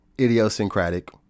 idiosyncratic